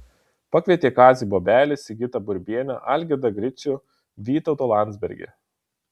pakvietė kazį bobelį sigitą burbienę algirdą gricių vytautą landsbergį